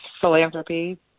philanthropy